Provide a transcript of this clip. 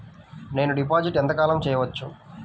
నేను డిపాజిట్ ఎంత కాలం చెయ్యవచ్చు?